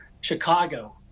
chicago